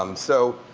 um so